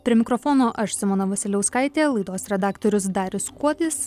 prie mikrofono aš simona vasiliauskaitė laidos redaktorius darius kuodis